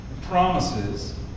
Promises